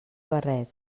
barret